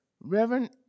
Reverend